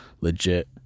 legit